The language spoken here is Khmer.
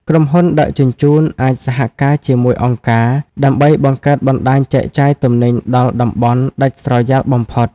ក្រុមហ៊ុនដឹកជញ្ជូនអាចសហការជាមួយអង្គការ ដើម្បីបង្កើតបណ្ដាញចែកចាយទំនិញដល់តំបន់ដាច់ស្រយាលបំផុត។